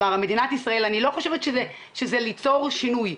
אני חושבת שזה לא ליצור שינוי,